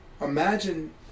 imagine